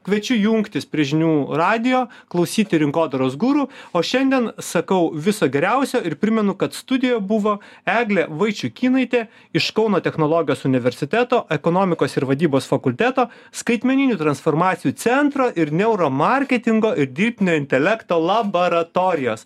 kviečiu jungtis prie žinių radijo klausyti rinkodaros guru o šiandien sakau viso geriausio ir primenu kad studijoje buvo eglė vaičiukynaitė iš kauno technologijos universiteto ekonomikos ir vadybos fakulteto skaitmeninių transformacijų centro ir neuro marketingo ir dirbtinio intelekto labaratorijos